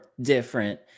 different